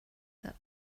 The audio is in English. that